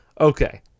okay